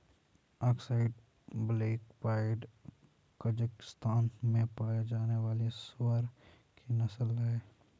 Aksai black pied Kazakhstan में पाया जाने वाली सूअर की नस्ल है